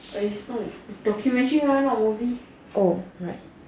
but it's not it's documentary mah not movie